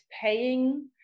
paying